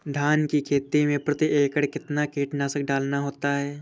धान की खेती में प्रति एकड़ कितना कीटनाशक डालना होता है?